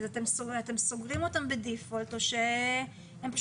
אז אתם סוגרים אותם בדיפולט או שהם פשוט